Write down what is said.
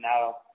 now